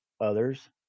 others